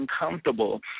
uncomfortable